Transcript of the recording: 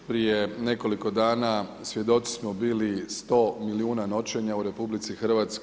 Prije nekoliko dana svjedoci smo bili 100 milijuna noćenja u RH.